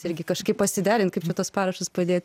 irgi kažkaip pasiderint kaip čia tuos parašus padėt